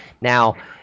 Now